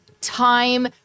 time